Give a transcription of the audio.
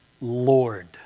Lord